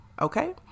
okay